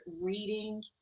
reading